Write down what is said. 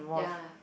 ya